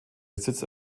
besitz